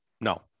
No